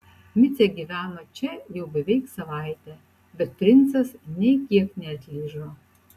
micė gyveno čia jau beveik savaitę bet princas nė kiek neatlyžo